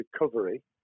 recovery